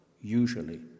usually